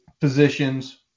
positions